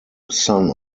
son